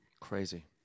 Crazy